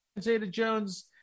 Zeta-Jones